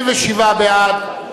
המקרקעין (חיזוק הבתים המשותפים מפני רעידות אדמה)